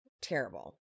Terrible